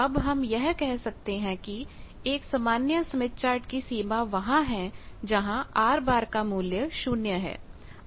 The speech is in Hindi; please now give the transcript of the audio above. अब हम यह कह सकते हैं कि एक सामान्य स्मिथ चार्ट की सीमा वहां है जहांR का मूल्य शून्य है